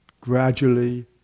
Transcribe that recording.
gradually